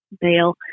bail